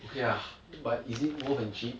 okay lah but is it worth and cheap